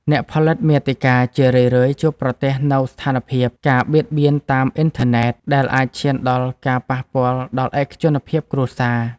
អ្នកផលិតមាតិកាជារឿយៗជួបប្រទះនូវស្ថានភាព ការបៀតបៀនតាមអ៊ីនធឺណិត ដែលអាចឈានដល់ការប៉ះពាល់ដល់ឯកជនភាពគ្រួសារ។